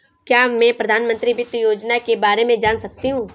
क्या मैं प्रधानमंत्री वित्त योजना के बारे में जान सकती हूँ?